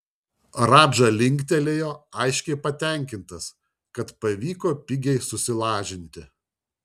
radža linktelėjo aiškiai patenkintas kad pavyko pigiai susilažinti